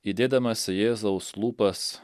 įdėdamas į jėzaus lūpas